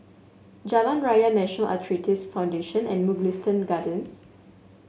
Jalan Raya National Arthritis Foundation and Mugliston Gardens